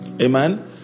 Amen